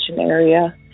area